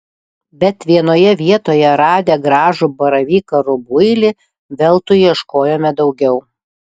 bet vienoje vietoje radę gražų baravyką rubuilį veltui ieškojome daugiau